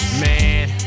man